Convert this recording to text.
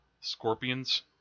scorpions